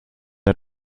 der